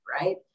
right